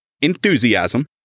Enthusiasm